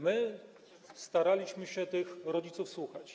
My staraliśmy się tych rodziców słuchać.